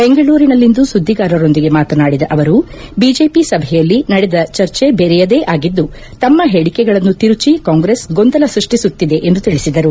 ಬೆಂಗಳೂರಿನಲ್ಲಿಂದು ಸುದ್ದಿಗಾರರೊಂದಿಗೆ ಮಾತನಾಡಿದ ಅವರು ಬಿಜೆಪಿ ಸಭೆಯಲ್ಲಿ ನಡೆದ ಚರ್ಚೆ ಬೆರೆಯದೇ ಆಗಿದ್ದು ತಮ್ಮ ಹೇಳಕೆಗಳನ್ನು ತಿರುಚಿ ಕಾಂಗ್ರೆಸ್ ಗೊಂದಲ ಸೃಷ್ಷಿಸುತ್ತಿದೆ ಎಂದು ತಿಳಿಸಿದರು